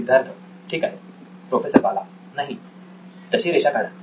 सिद्धार्थ ठीक आहे प्रोफेसर बाला नाही तशी रेषा काढा